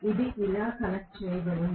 ఇది ఇలా కనెక్ట్ చేయబడింది